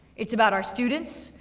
it's about our students,